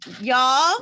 y'all